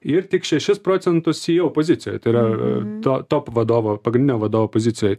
ir tik šešis procentus į opoziciją tai yra to top vadovo pagrindinio vadovo pozicijoj